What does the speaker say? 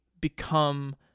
become